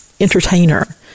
entertainer